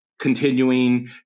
continuing